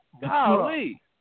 Golly